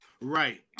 Right